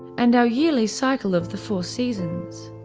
and our yearly cycle of the four seasons.